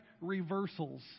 reversals